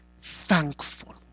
thankful